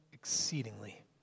exceedingly